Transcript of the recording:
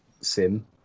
Sim